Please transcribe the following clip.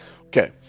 Okay